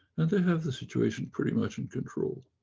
and they have the situation pretty much in control,